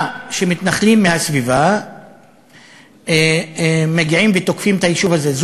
שמתנחלים מהסביבה מגיעים ותוקפים את היישוב הזה.